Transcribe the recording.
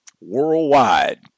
worldwide